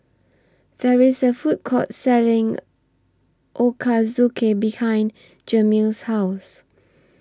There IS A Food Court Selling Ochazuke behind Jameel's House